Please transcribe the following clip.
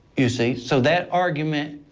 you see, so that argument,